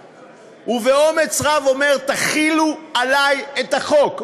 ובאומץ רב אומר: תחילו עלי את החוק.